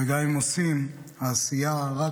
וגם אם עושים, העשייה רק